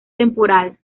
temporal